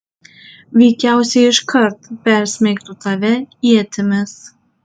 veikiausiai iškart persmeigtų tave ietimis